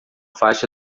faixa